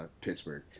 Pittsburgh